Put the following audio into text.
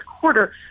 quarter